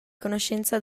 conoscenza